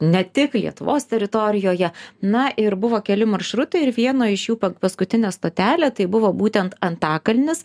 ne tik lietuvos teritorijoje na ir buvo keli maršrutai ir vieno iš jų paskutinė stotelė tai buvo būtent antakalnis